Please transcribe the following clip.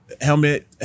helmet